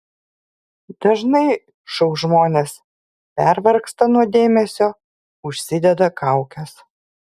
dažnai šou žmonės pervargsta nuo dėmesio užsideda kaukes